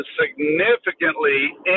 significantly